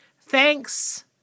Thanks